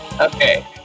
Okay